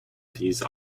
these